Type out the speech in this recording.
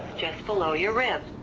just below your ribs.